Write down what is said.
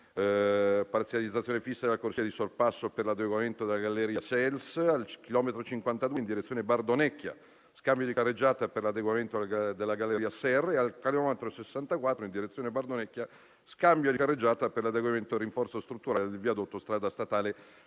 parzializzazione fissa della corsia di sorpasso per l'adeguamento della galleria Cels. Al chilometro 52 in direzione Bardonecchia: scambio di carreggiata per l'adeguamento della galleria Serre. Al chilometro 64 in direzione Bardonecchia: scambio di carreggiata per l'adeguamento e il rinforzo strutturale del viadotto Strada Statale 335.